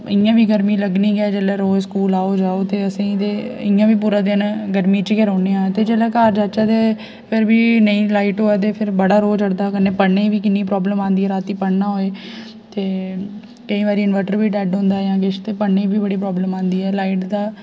इ'यां बी गरमी लग्गनी ऐ जेल्लै रोज स्कूल आओ जाओ ते असें गी ते इ'यां बी पूरा दिन गरमी च गै रौह्ने आं ते जेल्लै घर जाचै ते फिर बी नेईं लाइट होऐ ते फिर बड़ा रोह् चढ़दा ते कन्नै पढ़ने बी कि'न्नी प्रॉब्लम आंदी ऐ रातीं पढ़ना होऐ ते केईं बारी इनवर्टर बी डेड होंदा ऐ किश ते पढ़ने दी बड़ी प्रॉब्लम आंदी ते लाइट दा